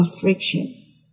friction